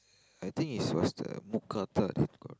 I think it's was the mookata it call